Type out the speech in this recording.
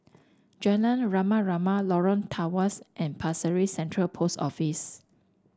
Jalan Rama Rama Lorong Tawas and Pasir Ris Central Post Office